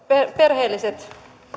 perheelliset